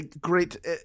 great